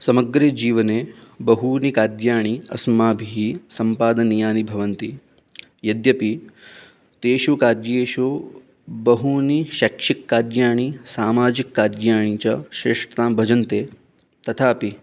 समग्रे जीवने बहूनि कार्याणि अस्माभिः सम्पादनीयानि भवन्ति यद्यपि तेषु कार्येषु बहूनि शैक्षिक काद्याणि सामाजिक कार्याणि च श्रेष्ठतां भजन्ते तथापि